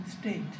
state